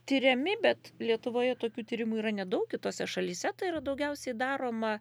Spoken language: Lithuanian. tiriami bet lietuvoje tokių tyrimų yra nedaug kitose šalyse tai yra daugiausiai daroma